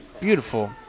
Beautiful